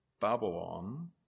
Babylon